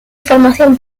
información